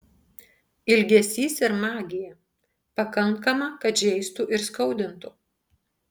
ilgesys ir magija pakankama kad žeistų ir skaudintų